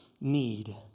need